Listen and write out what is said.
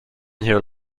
here